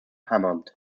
hammond